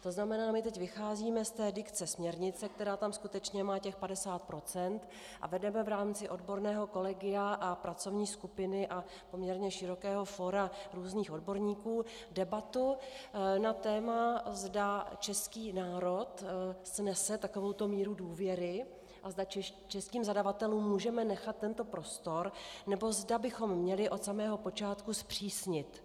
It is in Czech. To znamená, my teď vycházíme z dikce směrnice, která tam skutečně má 50 %, a vedeme v rámci odborného kolegia a pracovní skupiny a poměrně širokého fóra různých odborníků debatu na téma, zda český národ snese takovouto míru důvěry a zda českým zadavatelům můžeme nechat tento prostor, nebo zda bychom měli od samého počátku zpřísnit.